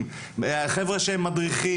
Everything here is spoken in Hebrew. תוצאות של מחקר מאוד מאוד גדול,